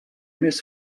més